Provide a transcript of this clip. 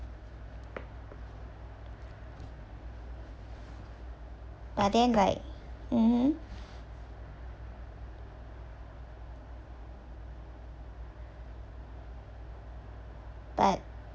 but then like mmhmm but